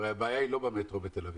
הרי הבעיה היא לא במטרו בתל אביב.